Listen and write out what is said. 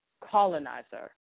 colonizer